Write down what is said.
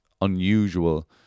unusual